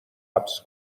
حبس